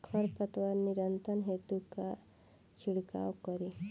खर पतवार नियंत्रण हेतु का छिड़काव करी?